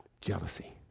Jealousy